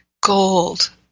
gold